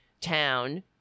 town